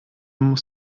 muss